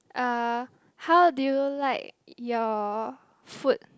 uh how do you like your food